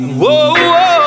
whoa